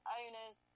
owners